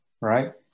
right